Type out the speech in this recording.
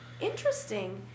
Interesting